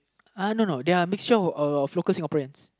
uh no no they are mixture of local Singaporeans